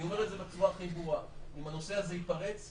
אני אומר בצורה הכי ברורה: אם הנושא הזה ייפרץ,